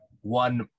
one